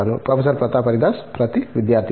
professor Pratap Haridas ప్రతి విద్యార్థి తో